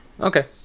Okay